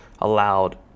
allowed